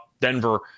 denver